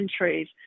entries